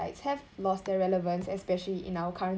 sites have lost their relevance especially in our current